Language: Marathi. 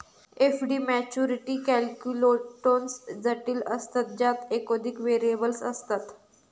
एफ.डी मॅच्युरिटी कॅल्क्युलेटोन्स जटिल असतत ज्यात एकोधिक व्हेरिएबल्स असतत